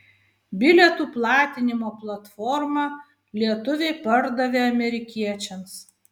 bilietų platinimo platformą lietuviai pardavė amerikiečiams